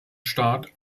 staat